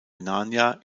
rhenania